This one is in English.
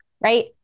right